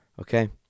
Okay